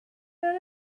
that